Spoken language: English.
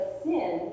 sin